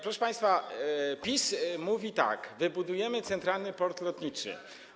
Proszę państwa, PiS mówi tak: wybudujemy centralny port lotniczy.